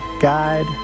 guide